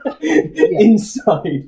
inside